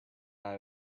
eye